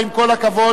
עם כל הכבוד,